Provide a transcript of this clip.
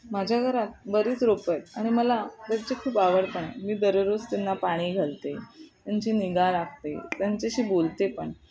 माझ्या घरात बरीच रोपं आहे आणि मला त्यांची खूप आवड पण आहे मी दररोज त्यांना पाणी घालते त्यांची निगा राखते त्यांच्याशी बोलते पण